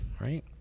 right